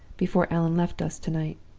before allan left us to-night